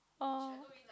oh